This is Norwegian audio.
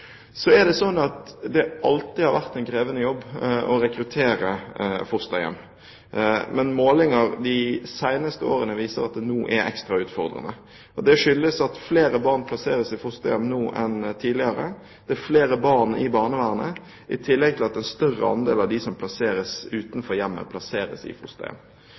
Det har alltid vært en krevende jobb å rekruttere fosterhjem, men målinger de siste årene viser at det nå er ekstra utfordrende. Det skyldes at flere barn plasseres i fosterhjem nå enn tidligere. Det er flere barn i barnevernet, i tillegg til at en større andel av dem som plasseres utenfor hjemmet, plasseres i